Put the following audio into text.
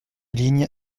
ligne